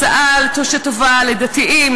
הצעה שהיא טובה לדתיים,